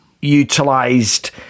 utilised